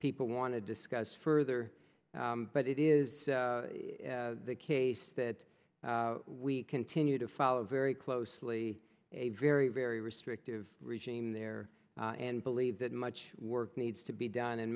people want to discuss further but it is the case that we continue to follow very closely a very very restrictive regime there and believe that much work needs to be done and